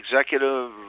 executive